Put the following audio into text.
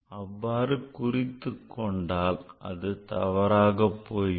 அவ்வாறு குறித்துக் கொண்டாள் அது தவறாகப் போய்விடும்